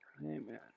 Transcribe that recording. Amen